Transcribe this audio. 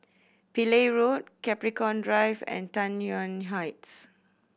Pillai Road Capricorn Drive and Tai Yuan Heights